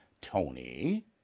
Tony